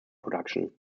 production